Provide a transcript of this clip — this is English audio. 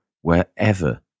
wherever